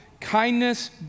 kindness